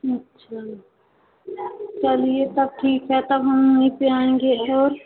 अच्छा चलिए तब ठीक है तब हम नीचे आएँगे और